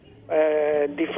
different